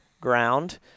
ground